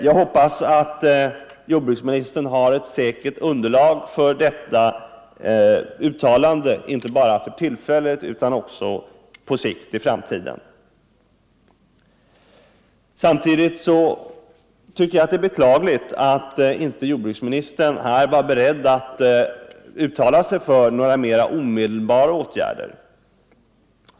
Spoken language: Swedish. Jag hoppas att jordbruksministern har ett säkert underlag för detta uttalande och att det gäller inte bara för tillfället utan också på sikt i framtiden. Samtidigt tycker jag att det är beklagligt att jordbruksministern här inte var beredd att uttala sig för några omedelbara åtgärder.